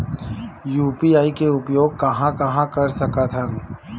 UPI के उपयोग कहां कहा कर सकत हन?